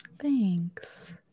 Thanks